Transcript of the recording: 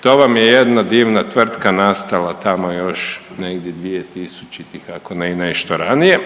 To vam je jedna divna tvrtka nastala tamo još negdje 2000.-tih ako ne i nešto ranije